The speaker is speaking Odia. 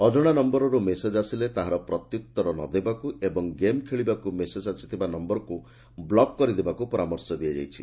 ଅଜଣା ନୟରରୁ ମେସେଜ୍ ଆସିଲେ ତାହାର ପ୍ରତିଉଉର ନ ଦେବାକୁ ଏବଂ ଗେମ୍ ଖେଳିବାକୁ ମେସେଜ୍ ଆସିଥିବା ନମ୍ନରକୁ ବ୍ଲକ୍ କରିଦେବାକୁ ପରାମର୍ଶ ଦିଆଯାଇଛି